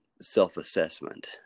self-assessment